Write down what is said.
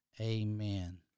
amen